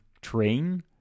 train